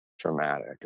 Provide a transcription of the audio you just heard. traumatic